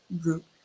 group